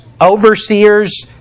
overseers